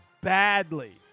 badly